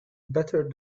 better